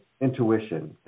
intuition